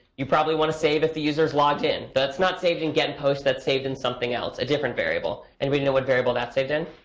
you probably want to save if the user is logged in. that's not saved in get and post. that's saved in something else, a different variable. anybody know what variable that's saved in,